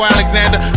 Alexander